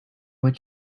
would